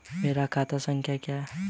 मेरा खाता संख्या क्या है?